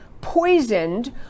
poisoned